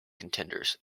contenders